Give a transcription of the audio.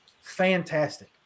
Fantastic